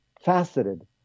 faceted